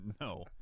no